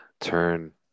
turn